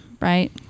right